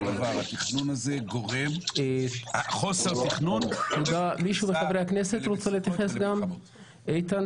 דבר חוסר תכנון --- חבר הכנסת גינזבורג,